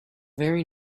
very